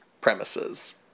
premises